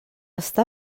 està